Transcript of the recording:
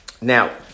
Now